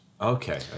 Okay